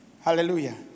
Hallelujah